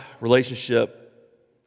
relationship